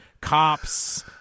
cops